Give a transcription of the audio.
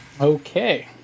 Okay